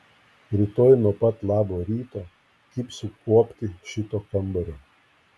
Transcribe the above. rytoj nuo pat labo ryto kibsiu kuopti šito kambario